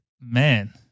Man